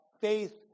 faith